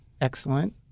excellent